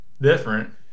different